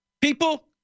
people